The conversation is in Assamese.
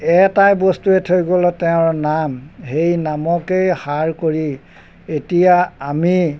এটাই বস্তুৱে থৈ গ'ল তেওঁৰ নাম সেই নামকেই সাৰ কৰি এতিয়া আমি